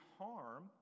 harm